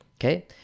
okay